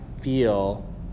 feel